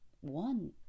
one